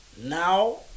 Now